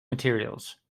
materials